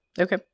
Okay